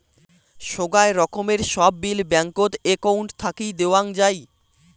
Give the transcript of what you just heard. সোগায় রকমের সব বিল ব্যাঙ্কত একউন্ট থাকি দেওয়াং যাই